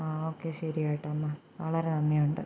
ആ ഓക്കേ ശരി കേട്ടോ എന്നാൽ വളരെ നന്ദിയുണ്ട്